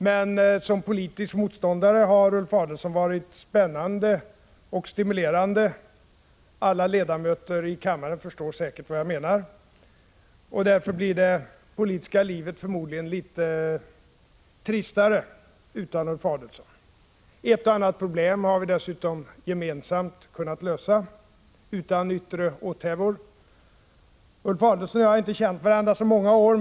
Men som politisk motståndare har Ulf Adelsohn varit spännande och stimulerande — alla kammarens ledamöter förstår säkert vad jag menar. Och därför blir det politiska livet förmodligen lite tristare utan Ulf Adelsohn. Ett och annat problem har vi dessutom gemensamt kunnat lösa, utan yttre åthävor. Ulf Adelsohn och jag har inte känt varandra så många år.